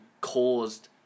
caused